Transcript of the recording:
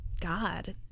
God